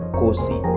kosi